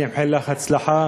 אני מאחל לך הצלחה,